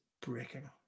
breaking